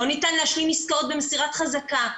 לא ניתן להשלים עסקאות במסירת חזקה.